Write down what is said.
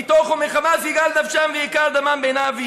מתוך ומחמס יגאל נפשם וייקר דמם בעיניו.